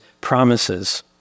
promises